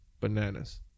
bananas